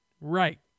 Right